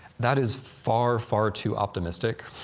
that is far, far too optimistic.